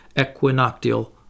equinoctial